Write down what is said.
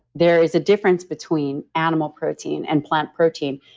there is a difference between animal protein and plant protein.